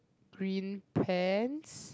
green pants